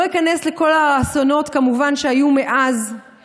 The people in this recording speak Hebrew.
לא איכנס לכל האסונות שהיו מאז, כמובן.